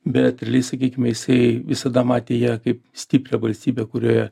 bet realiai sakykime jisai visada matė ją kaip stiprią valstybę kurioje